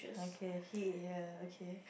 okay he ya okay